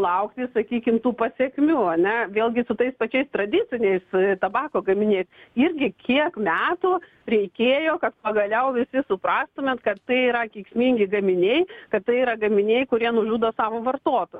laukti sakykim tų pasekmių ane vėlgi su tais pačiais tradiciniais tabako gaminiais irgi kiek metų reikėjo kad pagaliau visi suprastumėt kad tai yra kenksmingi gaminiai kad tai yra gaminiai kurie nužudo savo vartotoją